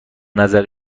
نظر